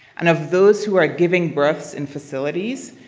and of those who are giving births in facilities,